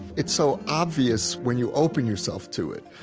it's so obvious, when you open yourself to it,